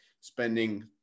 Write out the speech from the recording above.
spending